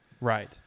right